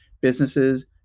businesses